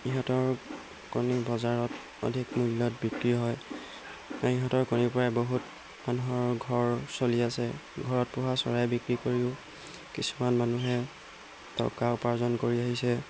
ইহঁতৰ কণী বজাৰত অধিক মূল্যত বিক্ৰী হয় ইহঁতৰ কণীৰপৰাই বহুত মানুহৰ ঘৰ চলি আছে ঘৰত পোহা চৰাই বিক্ৰী কৰিও কিছুমান মানুহে টকা উপাৰ্জন কৰি আহিছে